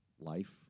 life